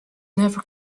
never